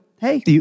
Hey